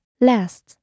last